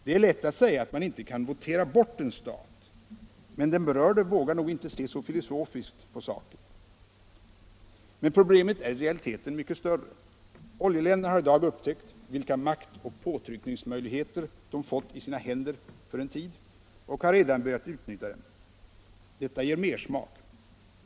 Det är lätt att säga att man inte kan votera bort en stat, men den berörde vågar nog inte se så filosofiskt på saken. Men problemet är i realiteten mycket större. Oljeländerna har i dag upptäckt vilka maktoch påtryckningsmöjligheter de för en tid fått i sina händer och har redan börjat utnyttja dem. Detta ger mersmak.